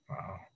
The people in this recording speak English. Wow